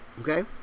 Okay